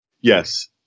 Yes